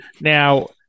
Now